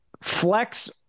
flex